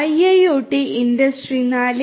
IIoT industry 4